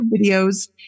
videos